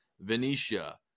Venetia